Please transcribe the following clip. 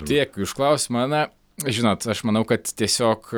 dėkui už klausimą na žinot aš manau kad tiesiog